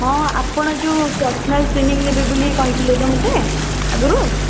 ହଁ ଆପଣ ଯେଉଁ ପର୍ସନାଲ୍ ଟ୍ରେନିଙ୍ଗ ନେବେ ବୋଲି କହିଥିଲେ ତ ମୋତେ ଆଗରୁ